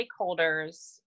stakeholders